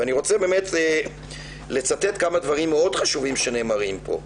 אני רוצה לצטט כמה דברים מאוד חשובים שנאמרים פה.